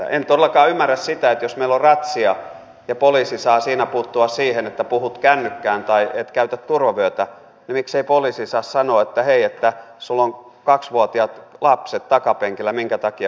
en todellakaan ymmärrä sitä että jos meillä on ratsia ja poliisi saa siinä puuttua siihen että puhut kännykkään tai et käytä turvavyötä niin miksei poliisi saa sanoa että hei sinulla on kaksivuotiaat lapset takapenkillä minkä takia poltat tässä